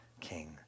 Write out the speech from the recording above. King